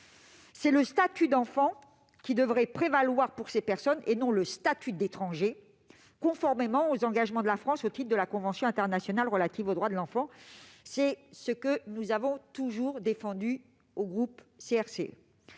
C'est le statut d'enfant qui devrait prévaloir pour ces personnes et non le statut d'étranger, conformément aux engagements de la France au titre de la Convention internationale des droits de l'enfant. C'est ce que le groupe